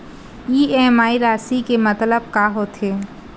EMI राशि के मतलब का होथे?